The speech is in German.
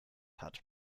hat